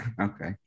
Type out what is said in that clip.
okay